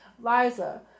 Liza